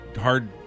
Hard